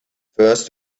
first